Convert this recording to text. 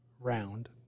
round